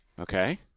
Okay